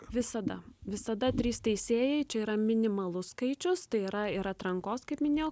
visada visada trys teisėjai čia yra minimalus skaičius tai yra ir atrankos kaip minėjau